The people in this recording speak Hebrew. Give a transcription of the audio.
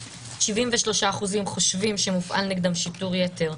73% חושבים שמופעל נגדם שיטור יתר.